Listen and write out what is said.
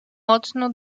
mocno